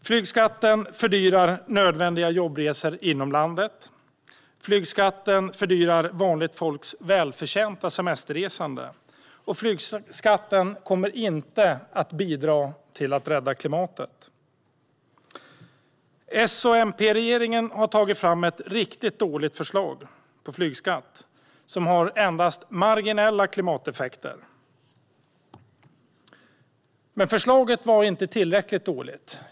Flygskatten fördyrar nödvändiga jobbresor inom landet, flygskatten fördyrar vanligt folks välförtjänta semesterresande och flygskatten kommer inte att bidra till att rädda klimatet. S-MP-regeringen har tagit fram ett riktigt dåligt förslag på flygskatt med endast marginella klimateffekter. Men förslaget var inte tillräckligt dåligt.